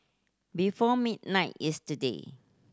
before midnight yesterday